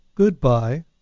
goodbye